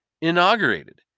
inaugurated